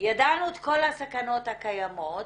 ידענו את כל הסכנות הקיימות,